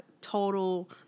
Total